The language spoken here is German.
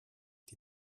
die